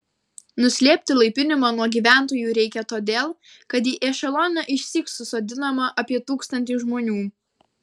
nuslėpti laipinimą nuo gyventojų reikia todėl kad į ešeloną išsyk susodinama apie tūkstantį žmonių